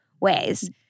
ways